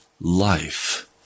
life